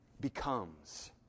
becomes